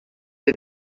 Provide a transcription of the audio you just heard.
est